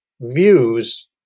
views